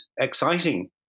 exciting